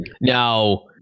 Now